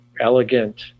elegant